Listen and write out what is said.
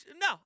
No